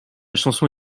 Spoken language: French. chanson